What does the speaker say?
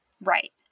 Right